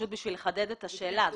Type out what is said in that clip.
כדי לחדד את השאלה.